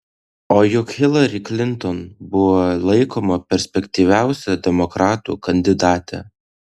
o juk hilari klinton buvo laikoma perspektyviausia demokratų kandidate